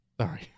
Sorry